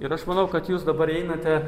ir aš manau kad jūs dabar einate